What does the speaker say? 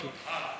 כן.